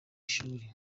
ishuri